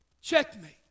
Checkmate